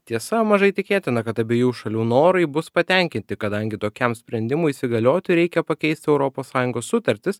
tiesa mažai tikėtina kad abiejų šalių norai bus patenkinti kadangi tokiam sprendimui įsigalioti reikia pakeist europos sąjungos sutartis